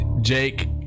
jake